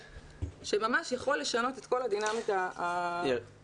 שממש יכול לשנות את כל הדינמיקה הכיתתית.